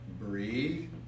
Breathe